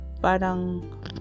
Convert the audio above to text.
parang